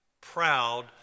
proud